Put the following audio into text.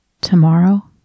tomorrow